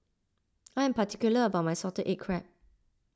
I am particular about my Salted Egg Crab